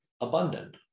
abundant